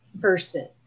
person